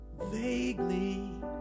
Vaguely